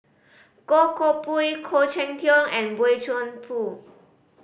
Goh Koh Pui Khoo Cheng Tiong and Boey Chuan Poh